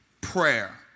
prayer